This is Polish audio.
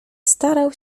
starał